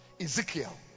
Ezekiel